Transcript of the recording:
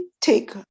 take